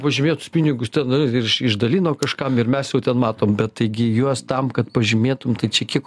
pažymėtus pinigus ten ir iš išdalino kažkam ir mes jau ten matom bet taigi juos tam kad pažymėtum tai čia kiek